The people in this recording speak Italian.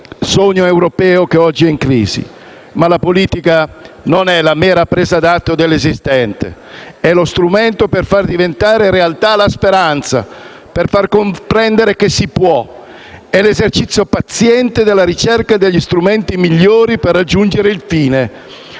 sogno europeo che oggi è in crisi. Ma la politica non è la mera presa d'atto dell'esistente: è lo strumento per far diventare realtà la speranza, per far comprendere che si può. È l'esercizio paziente della ricerca degli strumenti migliori per raggiungere il fine,